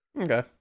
Okay